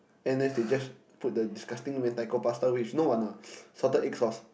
N_S they just put the disgusting Mentaiko Pasta with you know what or not ah salted egg sauce